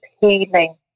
healing